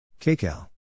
Kcal